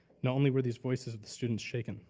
not only were this voices of the student shaken,